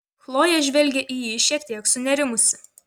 chlojė žvelgė į jį šiek tiek sunerimusi